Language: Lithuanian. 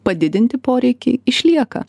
padidinti poreikiai išlieka